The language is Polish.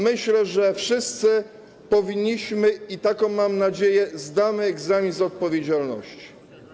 Myślę, że wszyscy powinniśmy - i taką mam nadzieję - zdać egzamin z odpowiedzialności.